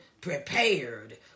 prepared